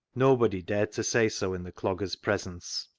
nobody dared to say so in the dogger's presence.